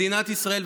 מדינת ישראל,